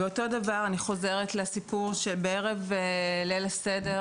כך גם הסיפור שקרה בערב ליל הסדר